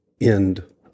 End